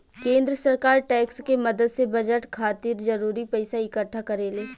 केंद्र सरकार टैक्स के मदद से बजट खातिर जरूरी पइसा इक्कठा करेले